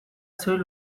soil